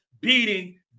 beating